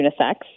unisex